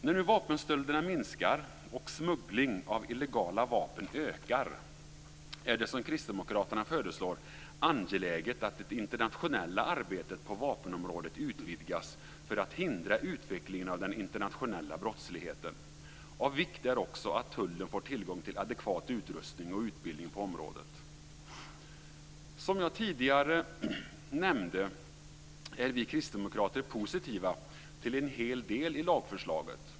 När nu vapenstölderna minskar och smuggling av illegala vapen ökar är det, som kristdemokraterna föreslår, angeläget att det internationella arbetet på vapenområdet utvidgas för att hindra utvecklingen av den internationella brottsligheten. Av vikt är också att tullen får tillgång till adekvat utrustning och utbildning på området. Som jag nämnde tidigare är vi kristdemokrater positiva till en hel del i lagförslaget.